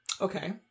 Okay